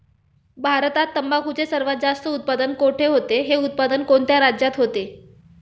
भारतात तंबाखूचे सर्वात जास्त उत्पादन कोठे होते? हे उत्पादन कोणत्या राज्यात होते?